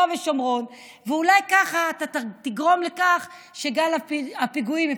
ושומרון ואולי כך אתה תגרום לכך שגל הפיגועים ייפסק.